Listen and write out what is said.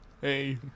Hey